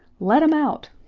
let em out!